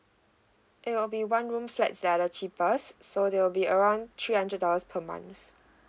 it will be one room flats that are the cheapest so that will be around three hundred dollars per month